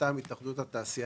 מטעם התאחדות התעשיינים.